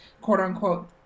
quote-unquote